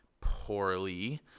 poorly